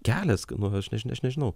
kelias nu aš aš nežinau